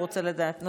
הוא רוצה לדעת.